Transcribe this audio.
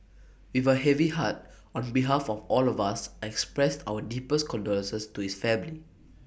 with A heavy heart on behalf of all of us I expressed our deepest condolences to his family